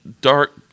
dark